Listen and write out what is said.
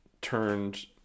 turned